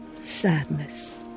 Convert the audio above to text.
Sadness